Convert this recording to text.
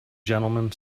gentlemen